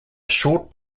short